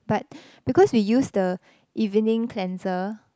but because we use the evening cleanser